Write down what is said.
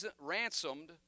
ransomed